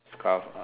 scarf